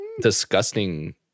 disgusting